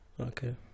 Okay